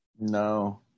No